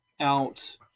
out